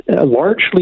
largely